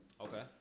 Okay